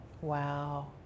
Wow